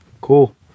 Cool